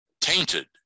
tainted